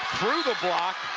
through the block.